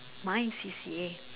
my C_C_A